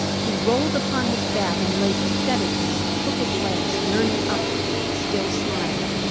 he rolled upon his back and lay pathetically with crooked legs yearning upward, still smiling.